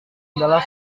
adalah